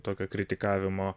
tokio kritikavimo